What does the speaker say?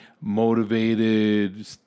motivated